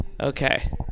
Okay